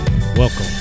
Welcome